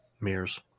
mirrors